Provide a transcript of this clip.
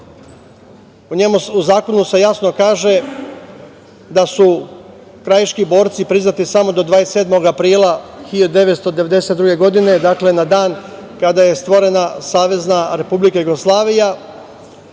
u zakonu se jasno kaže da su krajiški borci priznati samo do 27. aprila 1992. godine, dakle na dan kada je stvorena Savezna Republika Jugoslavija,